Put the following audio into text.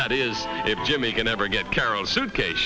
that is if jimmy can ever get carol suitcase